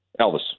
Elvis